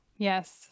Yes